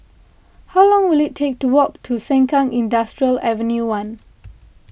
how long will it take to walk to Sengkang Industrial Ave one